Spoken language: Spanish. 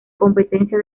competencia